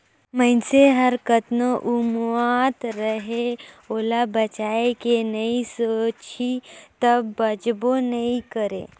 मइनसे हर कतनो उमावत रहें ओला बचाए के नइ सोचही त बांचबे नइ करे